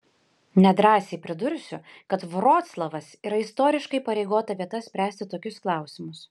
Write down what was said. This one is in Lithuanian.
nedrąsiai pridursiu kad vroclavas yra istoriškai įpareigota vieta spręsti tokius klausimus